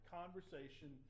conversation